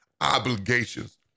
obligations